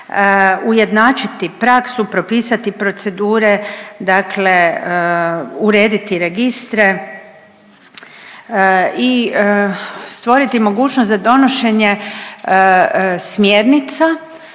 ujednačiti praksu, propisati procedure, dakle urediti registre i stvoriti mogućnost za donošenje smjernica